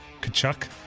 Kachuk